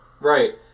Right